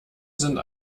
sind